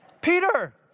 Peter